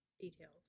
Details